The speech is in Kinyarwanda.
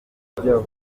umujyanama